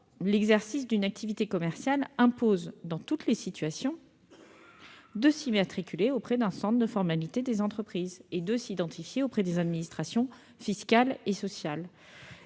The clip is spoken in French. l'exercice d'une activité commerciale impose dans toutes les situations de s'immatriculer auprès d'un centre de formalités des entreprises et de s'identifier auprès des administrations fiscale et sociale.